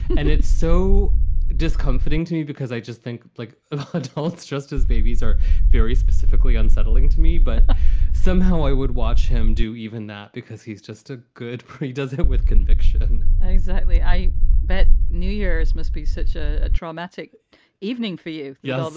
and it's so discomforting to me because i just think, like hosts, just as babies are very specifically unsettling to me. but somehow i would watch him do even that because he's just a good. he does it with conviction exactly. i bet new year's must be such ah a traumatic evening for you. yes.